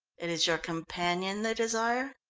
it is your companion they desire.